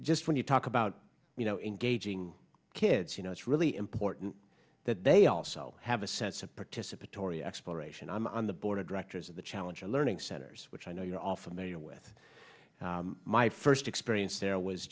just when you talk about you know engaging kids you know it's really important that they also have a sense of participatory exploration i'm on the board of directors of the challenger learning centers which i know you're all familiar with my first experience there was